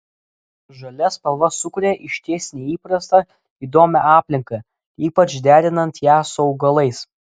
žalia spalva sukuria išties neįprastą įdomią aplinką ypač derinant ją su augalais